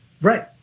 Right